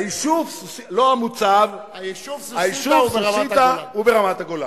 היישוב, לא המוצב, היישוב סוסיתא הוא ברמת-הגולן.